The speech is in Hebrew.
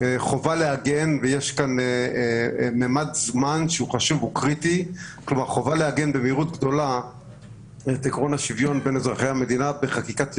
חובה לעגן ויש כאן ממד זמן קריטי את ערך השוויון בחקיקת יסוד.